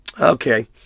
Okay